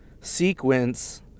sequence